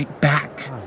back